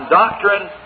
doctrine